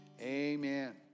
Amen